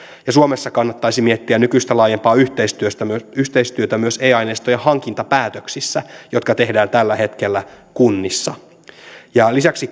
ja suomessa kannattaisi miettiä nykyistä laajempaa yhteistyötä myös e aineistojen hankintapäätöksissä jotka tehdään tällä hetkellä kunnissa lisäksi